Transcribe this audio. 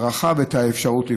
את ההערכה ואת האפשרות לפעול.